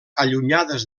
allunyades